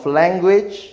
language